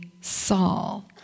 Saul